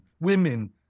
women